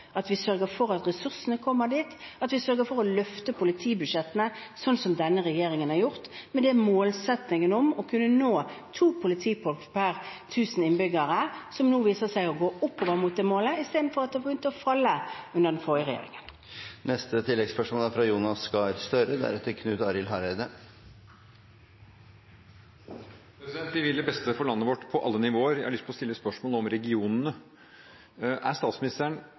at vi sørger for at ressursene kommer dit, at vi sørger for å løfte politibudsjettene, slik som denne regjeringen har gjort, ut fra målsettingen om å kunne nå 2 politifolk per 1 000 innbyggere. Det viser seg nå å gå oppover mot det målet, istedenfor at det begynte å falle under den forrige regjeringen. Jonas Gahr Støre – til oppfølgingsspørsmål. Vi vil det beste for landet vårt på alle nivåer. Jeg har lyst til å stille et spørsmål om regionene. Er statsministeren